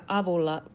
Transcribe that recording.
avulla